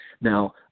Now